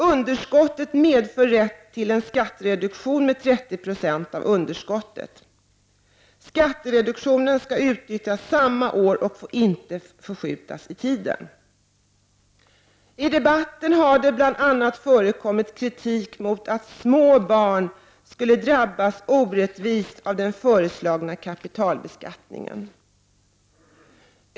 Underskottet medför rätt till en skattereduktion med 30 96 av underskottet. Skattereduktionen skall utnyttjas samma år och får inte förskjutas i tiden. I debatten har bl.a. förekommit kritik mot att små barn skulle drabbas orättvist av den föreslagna kapitalbeskattningen.